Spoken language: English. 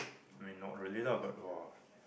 I mean not really lah but ah